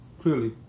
clearly